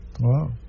Wow